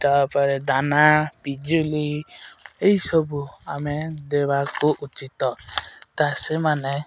ତା'ପରେ ଦାନା ପିଜୁଳି ଏଇସବୁ ଆମେ ଦେବାକୁ ଉଚିତ୍ ତା ସେମାନେ